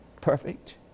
perfect